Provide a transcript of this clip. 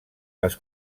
les